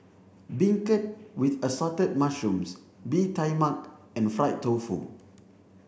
Beancurd with assorted mushrooms bee Tai Mak and fried tofu